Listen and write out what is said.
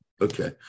Okay